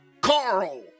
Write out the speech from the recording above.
Carl